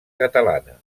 catalana